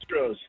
Astros